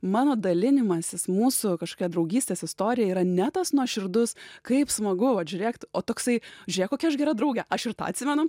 mano dalinimasis mūsų kažkokia draugystės istorija yra ne tas nuoširdus kaip smagu vat žiūrėk o toksai žiūrėk kokia aš gera draugė aš ir tą atsimenu